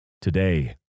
Today